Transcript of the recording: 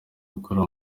gukora